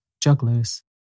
jugglers